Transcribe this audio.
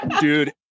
Dude